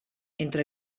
entre